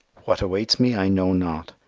what awaits me i know not,